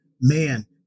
man